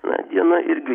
na diena irgi